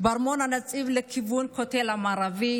בארמון הנציב לכיוון הכותל המערבי